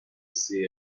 see